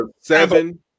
seven